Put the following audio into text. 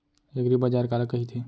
एगरीबाजार काला कहिथे?